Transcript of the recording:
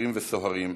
שוטרים וסוהרים,